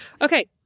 Okay